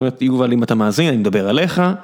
תגובה לי אם אתה מאזין, אני מדבר עליך.